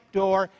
door